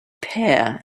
pear